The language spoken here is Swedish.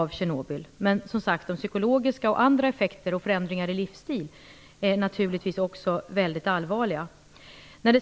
Men de psykologiska effekterna och andra effekter och förändringar i livsstil är naturligtvis också mycket allvarliga.